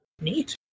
neat